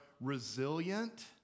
resilient